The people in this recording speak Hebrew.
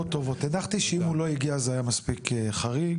ידעתי שאם הוא לא הגיע יש סיבה מספיק טובה,